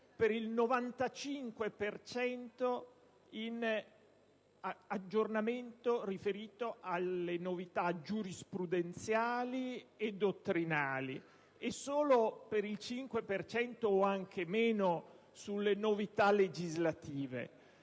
per cento in un aggiornamento riferito alle novità giurisprudenziali e dottrinali e solo per il 5 per cento o anche meno sulle novità legislative.